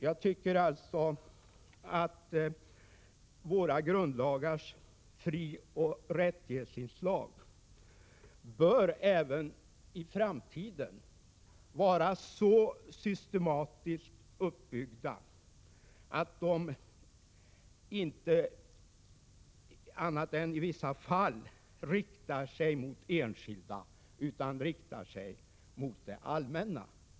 Jag tycker alltså att våra grundlagars frioch rättighetsinslag även i framtiden bör vara så systematiskt uppbyggda att de inte annat än i vissa fall riktar sig mot enskilda utan mot det allmänna.